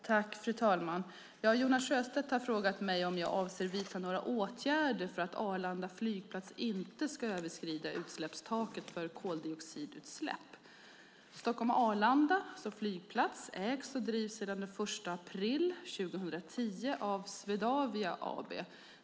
Fru talman! Jonas Sjöstedt har frågat mig om jag avser att vidta några åtgärder för att Arlanda flygplats inte ska överskrida utsläppstaket för koldioxidutsläpp. Stockholm-Arlanda flygplats ägs och drivs sedan den 1 april 2010 av Swedavia AB.